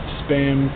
spam